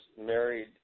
married